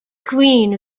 queen